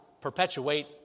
perpetuate